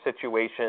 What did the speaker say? situation